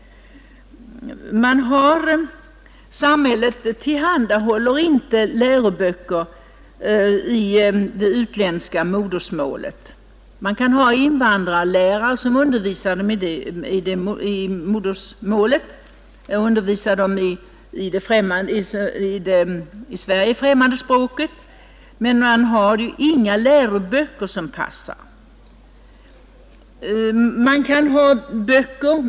Samhället tillhandahåller inte läroböcker i det utländska modersmålet. Det kan finnas invandrarlärare, som undervisar barnen i det i Sverige främmande språket, men det finns inga läroböcker som passar.